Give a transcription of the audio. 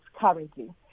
currently